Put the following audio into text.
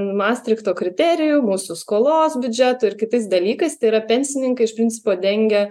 mastrichto kriterijų mūsų skolos biudžetui ir kitais dalykais tai yra pensininkai iš principo dengia